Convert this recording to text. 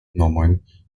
nomojn